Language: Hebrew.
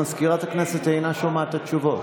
מזכירת הכנסת אינה שומעת את התשובות.